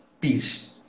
peace